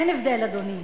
אין הבדל, אדוני.